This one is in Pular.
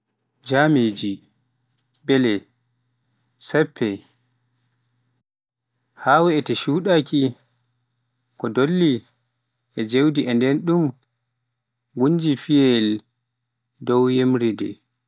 Jamiiji, Mbele, Sappe, haa wi'ete suɗaaki ko dolli e jaawdi nde ɗum nguuji yiiyel dow yamirde.